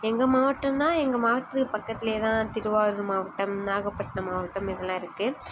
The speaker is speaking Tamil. எங்கள் மாவட்டம்னா எங்கள் மாவட்டத்துக்கு பக்கத்துலேயே தான் திருவாரூர் மாவட்டம் நாகப்பட்டினம் மாவட்டம் இதெல்லாம் இருக்குது